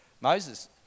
Moses